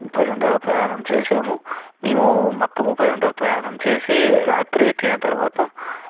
ముప్పై గంటల ప్రయాణం చేసాము మేము మొత్తం ముప్పై గంటల ప్రయాణం చేసి రాత్రి ఎక్కిన తర్వాత